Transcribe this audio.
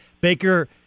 Baker